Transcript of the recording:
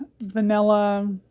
vanilla